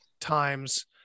times